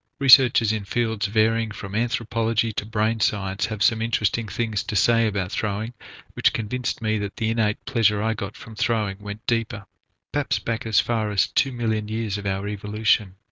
researchers in fields varying from anthropology to brain science have some interesting things to say about throwing which convinced me that the innate pleasure i got from throwing went deeper perhaps back as far as two million years of our evolution.